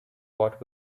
what